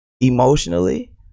emotionally